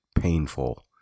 painful